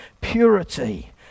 purity